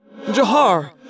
Jahar